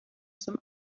zum